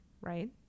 right